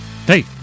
Hey